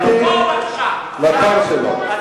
קבלת החלטת האו"ם 194,